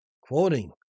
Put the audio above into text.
Quoting